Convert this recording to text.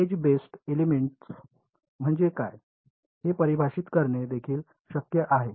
age based elements म्हणजे काय हे परिभाषित करणे देखील शक्य आहे